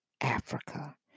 Africa